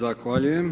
Zahvaljujem.